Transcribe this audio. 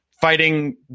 fighting